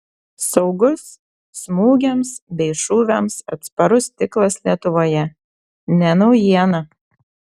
saugus smūgiams bei šūviams atsparus stiklas lietuvoje ne naujiena